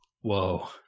Whoa